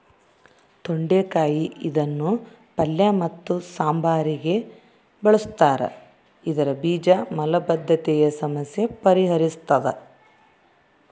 ತೊಂಡೆಕಾಯಿ ಇದನ್ನು ಪಲ್ಯ ಮತ್ತು ಸಾಂಬಾರಿಗೆ ಬಳುಸ್ತಾರ ಇದರ ಬೀಜ ಮಲಬದ್ಧತೆಯ ಸಮಸ್ಯೆ ಪರಿಹರಿಸ್ತಾದ